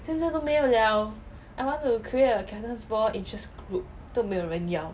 现在都没有 liao I want to create a captain's ball interest group 都没有人要